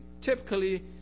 typically